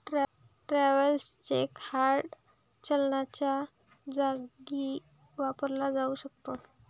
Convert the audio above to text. travellers cheque hard चलनाच्या जागी वापरला जाऊ शकतो